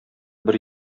бер